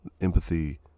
empathy